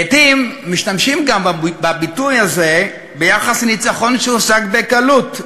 לעתים משתמשים בביטוי הזה גם ביחס לניצחון שהושג בקלות,